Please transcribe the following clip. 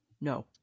no